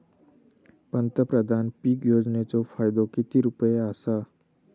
पंतप्रधान पीक योजनेचो फायदो किती रुपये आसा?